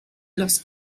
los